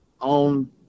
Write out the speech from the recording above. on